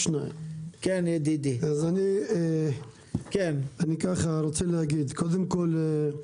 קודם כל,